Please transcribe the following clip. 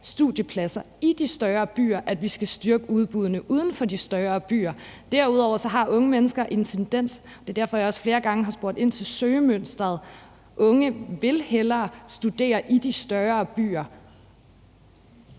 studiepladser i de større byer, at vi skal styrke udbuddet uden for de større byer. Derudover er der en tendens til – det er også derfor, at jeg flere gange spurgt ind til søgemønsteret – at unge mennesker hellere vil studere i de større byer.